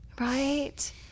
right